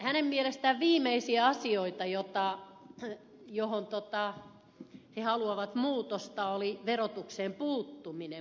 hänen mielestään viimeisiä asioita joihin hallitus haluaa muutosta oli verotukseen puuttuminen